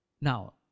Now